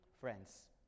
friends